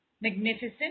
magnificent